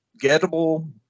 gettable